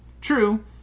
true